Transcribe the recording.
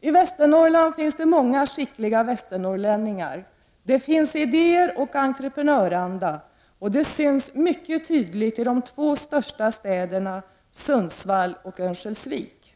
I Västernorrlands län finns det många skickliga västernorrlänningar. Det finns idéer och entreprenöranda, och det syns mycket tydligt i de två största städerna, Sundsvall och Örnsköldsvik.